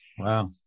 Wow